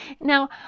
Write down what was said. Now